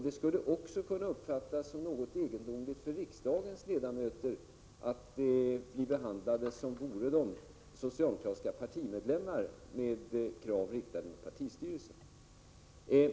Det skulle också kunna uppfattas som något egendomligt om riksdagens ledamöter behandlades som vore de socialdemokratiska partimedlemmar, med krav riktade mot partistyrelsen.